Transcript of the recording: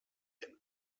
denn